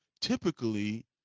typically